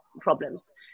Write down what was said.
problems